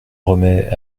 remet